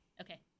okay